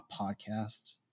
podcast